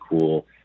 cool